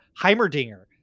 Heimerdinger